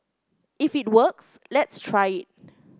if it works let's try it